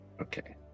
Okay